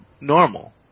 normal